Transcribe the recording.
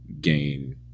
gain